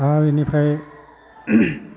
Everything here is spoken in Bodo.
दा बेनिफ्राय